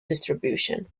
distribution